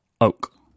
Oak